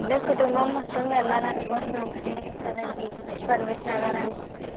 అదే కుటుంబం మొత్తం వెళ్ళాలని అనుకుంటున్నాము అని కదా అండి పర్మిషన్ అడగడానికి వచ్చాను